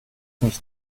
nicht